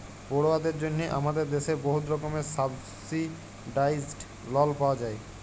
পড়ুয়াদের জ্যনহে আমাদের দ্যাশে বহুত রকমের সাবসিডাইস্ড লল পাউয়া যায়